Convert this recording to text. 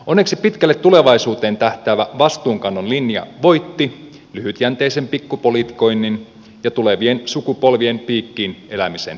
onneksi pitkälle tulevaisuuteen tähtäävä vastuunkannon linja voitti lyhytjänteisen pikkupolitikoinnin ja tulevien sukupolvien piikkiin elämisen linjan